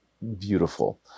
Beautiful